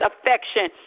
affection